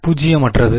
பூஜ்ஜியமற்றது